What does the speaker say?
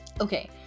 Okay